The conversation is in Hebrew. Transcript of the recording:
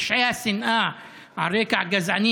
פשעי השנאה האלה על רקע גזעני,